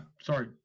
sorry